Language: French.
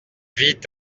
vit